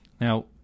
Now